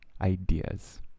ideas